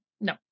no